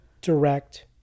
direct